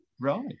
Right